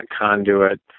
conduit